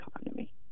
economy